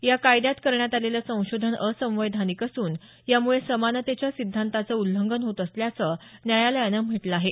या कायद्यात करण्यात आलेलं संशोधन असंवैधानिक असून यामुळे समानतेच्या सिद्धांताचं उल्लंघन होत असल्याचं न्यायालयानं म्हटलं आहे